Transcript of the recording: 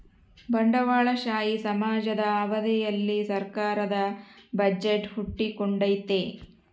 ಬಂಡವಾಳಶಾಹಿ ಸಮಾಜದ ಅವಧಿಯಲ್ಲಿ ಸರ್ಕಾರದ ಬಜೆಟ್ ಹುಟ್ಟಿಕೊಂಡೈತೆ